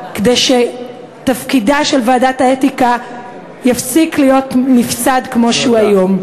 כדי שתפקידה של ועדת האתיקה יפסיק להיות נפסד כמו שהוא היום.